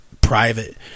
private